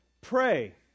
Pray